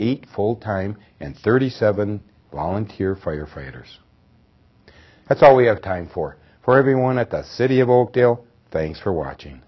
eight full time and thirty seven volunteer firefighters that's all we have time for for everyone at the city of all dale thanks for watching